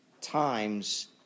times